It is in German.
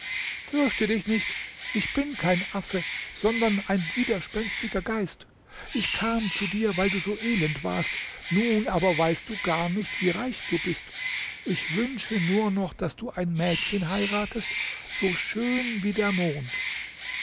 fürchte dich nicht ich bin kein affe sondern ein widerspenstiger geist ich kam zu dir weil du so elend warst nun aber weißt du gar nicht wie reich du bist ich wünsche nur noch daß du ein mädchen heiratest so schön wie der mond